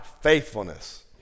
faithfulness